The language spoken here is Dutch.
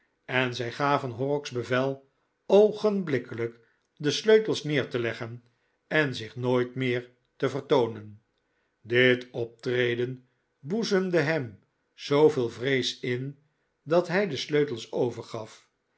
en zij gaven horrocks bevel oogenblikkelijk de sleutels neer te leggen en zich nooit meer te vertoonen dit optreden boezemde hem zooveel vrees in dat hij de sleutels overgaf